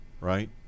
right